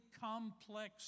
complex